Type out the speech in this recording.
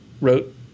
wrote